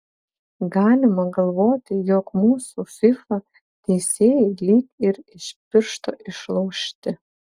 galima galvoti jog mūsų fifa teisėjai lyg ir iš piršto išlaužti